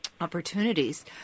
opportunities